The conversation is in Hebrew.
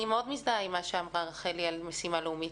אני מזדהה מאוד עם מה שאמרה רחלי מורגנשטרן על משימה לאומית.